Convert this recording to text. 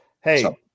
Hey